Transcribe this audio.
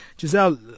Giselle